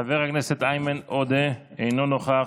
חבר הכנסת איימן עודה, אינו נוכח,